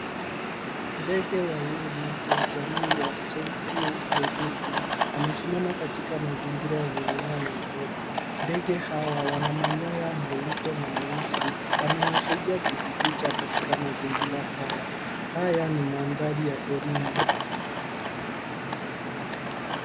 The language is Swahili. Ndege wawili wa jamii ya soncleo au thikni wamesimama katika mazingira yenye mimea na udongo ndege hawa wana manyoya meupe na meusi yanayosaidia kujificha katika mazingira haya. Haya ni mandhari ya porini